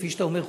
כפי שאתה אומר,